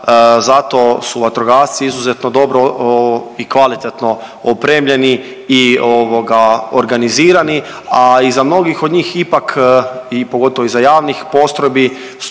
zato su Vatrogasci izuzetno dobro i kvalitetno opremljeni i organizirani, a iza mnogih od njih ipak i pogotovo i za javnih postrojbi